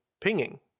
pinging